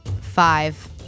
Five